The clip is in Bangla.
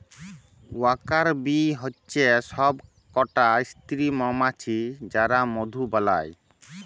ওয়ার্কার বী হচ্যে সব কটা স্ত্রী মমাছি যারা মধু বালায়